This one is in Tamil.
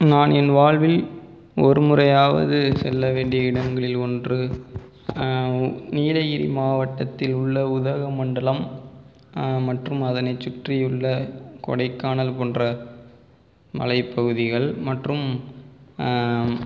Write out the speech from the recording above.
நான் என் வாழ்வில் ஒரு முறையாவது செல்ல வேண்டிய இடங்களில் ஒன்று நீலகிரி மாவட்டத்திலுள்ள உதகை மண்டலம் மற்றும் அதனை சுற்றியுள்ள கொடைக்கானல் போன்ற மலை பகுதிகள் மற்றும்